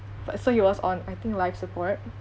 but so he was on I think life support